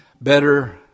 Better